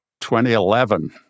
2011